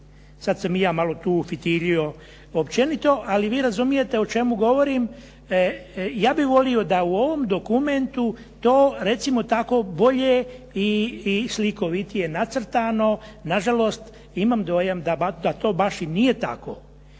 Sad sam i ja malo tu fitiljio općenito, ali vi razumijete o čemu govorim. Ja bih volio da u ovom dokumentu to recimo tako bolje i slikovitije nacrtano, nažalost imam dojam da to baš i nije tako.